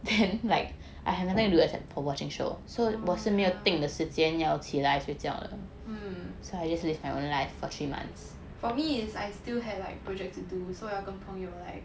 oh yeah mm for me it's like I still have projects to do so 要跟朋友 like